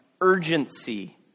urgency